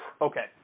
Okay